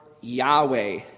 Yahweh